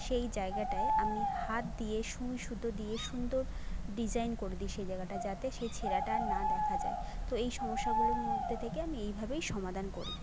সেই জায়গাটাই আমি হাত দিয়ে সুঁই সুতো দিয়ে সুন্দর ডিজাইন করে দি সেই জায়গাটা যাতে সেই ছেঁড়াটা আর না দেখা যায় তো এই সমস্যাগুলোর মধ্যে থেকে আমি এইভাবেই সমাধান করি